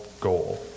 goal